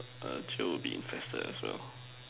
err be infested as well